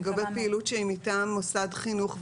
לגבי פעילות שהיא מטעם מוסד חינוך,